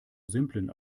simplen